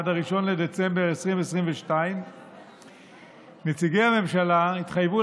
עד 1 בדצמבר 2022. נציגי הממשלה התחייבו